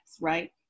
right